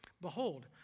Behold